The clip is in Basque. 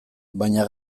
baina